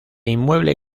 inmueble